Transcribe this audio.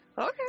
Okay